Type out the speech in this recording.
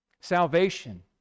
Salvation